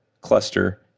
cluster